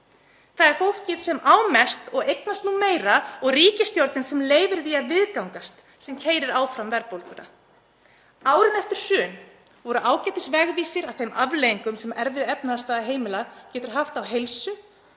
það er fólkið sem á mest og eignast meira og ríkisstjórnin sem leyfir því að viðgangast sem keyra áfram verðbólguna. Árin eftir hrun voru ágætisvegvísir að þeim afleiðingum sem erfið efnahagsstaða heimila getur haft á heilsu